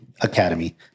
academy